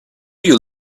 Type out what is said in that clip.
you